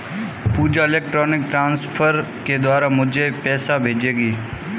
पूजा electronic transfer के द्वारा मुझें पैसा भेजेगी